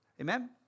Amen